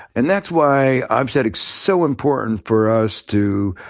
and that's why i've said it's so important for us to,